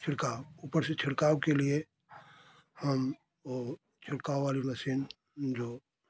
छिड़काव ऊपर से छिड़काव के लिए हम वो छिड़काव वाली मशीन जो